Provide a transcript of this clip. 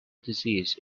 disease